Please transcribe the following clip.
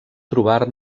trobar